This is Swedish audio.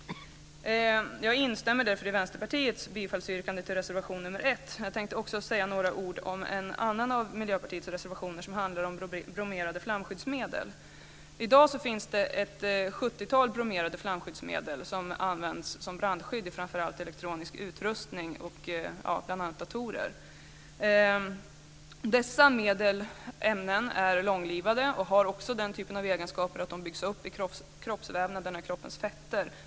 Jag instämmer därför i Vänsterpartiets yrkande av bifall till reservation 1. Jag tänkte också säga några ord om en annan av Miljöpartiets reservationer, som handlar om bromerade flamskyddsmedel. I dag finns det ett 70-tal bromerade flamskyddsmedel som används som brandskydd i framför allt elektronisk utrustning, bl.a. datorer. Dessa ämnen är långlivade och har också den typen av egenskaper att de byggs upp i kroppsvävnaderna, i kroppens fetter.